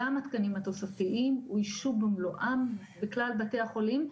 גם התקנים התוספתיים אויישו במלואם בכלל בתי החולים,